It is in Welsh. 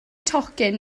tocyn